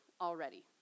already